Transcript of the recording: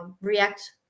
React